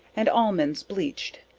and almonds bleach'd,